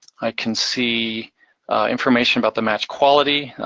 i can see information about the match quality.